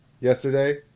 yesterday